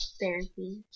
therapy